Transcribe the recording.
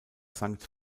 sankt